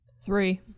Three